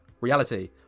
Reality